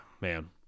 man